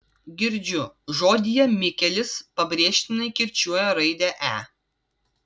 girdžiu žodyje mikelis pabrėžtinai kirčiuoja raidę e